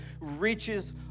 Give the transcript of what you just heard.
reaches